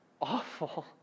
awful